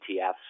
ETFs